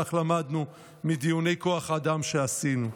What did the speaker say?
כך למדנו מדיוני כוח האדם שעשינו.